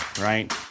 right